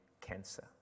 cancer